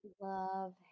love